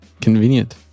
convenient